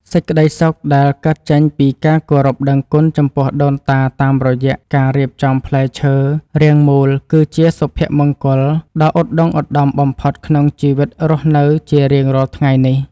សេចក្តីសុខដែលកើតចេញពីការគោរពដឹងគុណចំពោះដូនតាតាមរយៈការរៀបចំផ្លែឈើរាងមូលគឺជាសុភមង្គលដ៏ឧត្តុង្គឧត្តមបំផុតក្នុងជីវិតរស់នៅជារៀងរាល់ថ្ងៃនេះ។